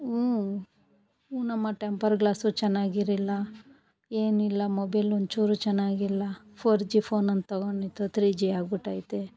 ಹ್ಞೂ ಹ್ಞೂನಮ್ಮ temper glass ಚೆನ್ನಾಗಿರಿಲ್ಲ ಏನಿಲ್ಲ ಮೊಬೈಲ್ ಒಂಚೂರು ಚೆನ್ನಾಗಿಲ್ಲ ಫೋರ್ ಜಿ ಫೋನ್ ಅಂತ ತಗೊಂಡಿದ್ದು ತ್ರೀಜಿ ಆಗಿ ಬಿಟೈತೆ